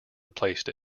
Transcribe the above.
replaced